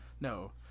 No